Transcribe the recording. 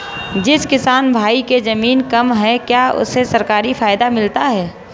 जिस किसान भाई के ज़मीन कम है क्या उसे सरकारी फायदा मिलता है?